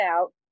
out